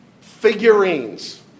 figurines